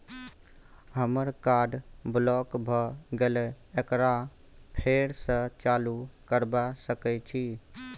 हमर card block भ गेले एकरा फेर स चालू करबा सके छि?